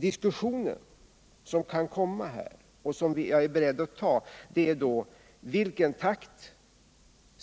Diskussionen som kan komma och som jag är beredd att ta gäller då, i vilken takt